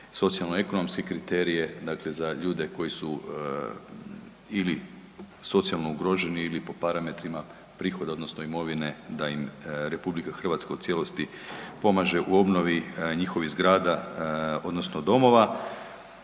socijalno ekonomske kriterije za ljude koji su ili socijalno ugroženi ili po parametrima prihod odnosno imovine da im RH u cijelosti pomaže u obnovi njihovih zgrada odnosno domova